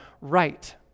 right